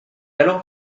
alors